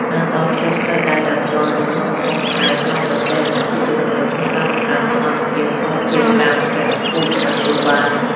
ការតភ្ជាប់ផ្លូវដែកដោយផ្ទាល់ទៅក្នុងកំពង់ផែក្រុងព្រះសីហនុ គឺជាគន្លឹះក្នុងការបង្កើនសមត្ថភាពភស្តុភារកម្មពហុមធ្យោបាយ។